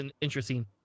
interesting